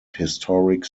historic